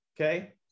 Okay